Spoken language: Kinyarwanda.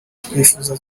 icyifuzo